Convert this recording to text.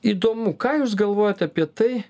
įdomu ką jūs galvojat apie tai